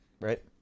Right